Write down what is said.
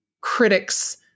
critics